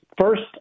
First